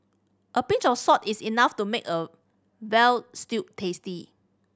a pinch of salt is enough to make a veal stew tasty